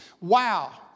Wow